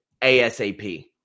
ASAP